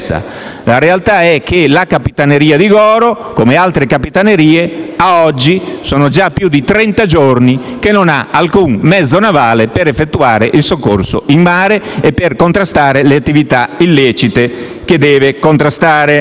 La realtà è che la Capitaneria di Goro, come altre Capitanerie, ad oggi sono già più di trenta giorni che non ha alcun mezzo navale per effettuare il soccorso in mare e per contrastare le attività illecite che deve contrastare.